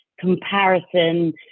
comparison